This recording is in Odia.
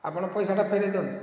ଆପଣ ପଇସାଟା ଫେରେଇ ଦିଅନ୍ତୁ